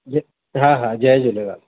हा हा जय झूलेलाल